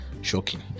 Shocking